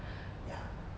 ya